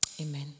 Amen